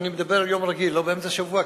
ואני מדבר על יום רגיל ולא באמצע השבוע,